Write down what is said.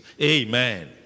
Amen